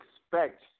expect